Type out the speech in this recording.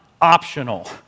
optional